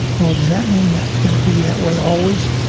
well, does that mean that it's gonna be that way always?